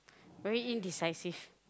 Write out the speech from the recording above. very indecisive